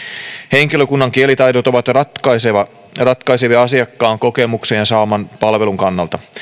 henkilökunnan kielitaidot ovat ratkaisevia ratkaisevia asiakkaan kokemuksen ja hänen saamansa palvelun kannalta